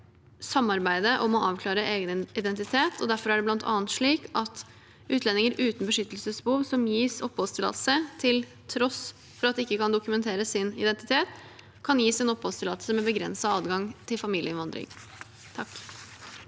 samarbeide om å avklare egen identitet, og derfor er det bl.a. slik at utlendinger uten beskyttelsesbehov som gis oppholdstillatelse til tross for at de ikke kan dokumentere sin identitet, kan gis en oppholdstillatelse med begrenset adgang til familieinnvandring.